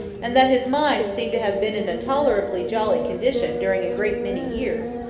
and that his mind seemed to have been in a tolerably jolly condition during a great many years,